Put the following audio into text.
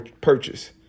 purchase